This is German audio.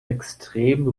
extrem